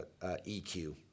EQ